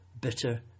bitter